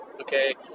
okay